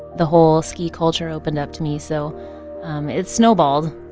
the whole ski culture opened up to me so it snowballed